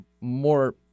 more